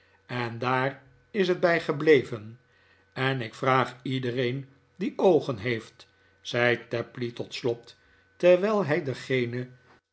en daar is het bij gebleven en ik vraag iedereen die oogen heeft zei tapley tot slot terwijl hij dengene